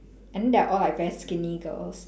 and then they're all like very skinny girls